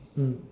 mm